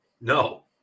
no